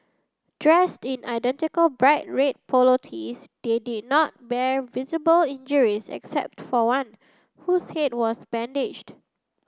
dressed in identical bright red polo tees they did not bear visible injuries except for one whose head was bandaged